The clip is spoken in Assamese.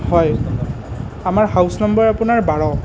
হয় আমাৰ হাউছ নম্বৰ আপোনাৰ বাৰ